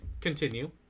Continue